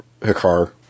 Hikar